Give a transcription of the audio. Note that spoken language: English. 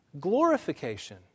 glorification